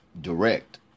direct